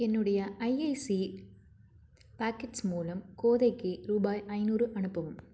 என்னுடைய ஐஐசி பாக்கெட்ஸ் மூலம் கோதைக்கு ரூபாய் ஐந்நூறு அனுப்பவும்